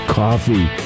coffee